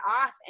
off